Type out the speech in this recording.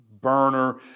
burner